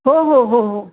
हो हो हो हो